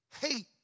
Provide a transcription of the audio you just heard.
hate